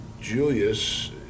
Julius